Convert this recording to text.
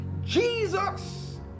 Jesus